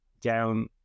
down